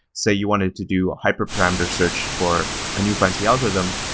say, you wanted to do a hyperparameter search for a new fancy algorithm,